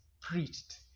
preached